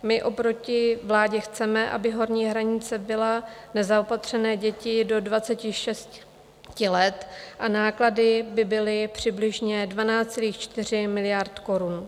My oproti vládě chceme, aby horní hranice byla nezaopatřené děti do 26 let a náklady by byly přibližně 12,4 miliard korun.